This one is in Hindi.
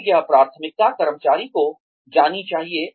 और यह प्राथमिकता कर्मचारी को जानी चाहिए